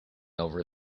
over